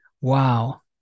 Wow